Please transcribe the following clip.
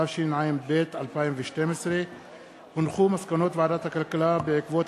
התשע"ב 2012. מסקנות ועדת הכלכלה בעקבות